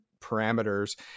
parameters